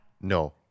No